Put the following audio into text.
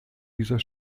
dieser